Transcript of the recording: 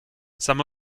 some